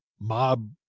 mob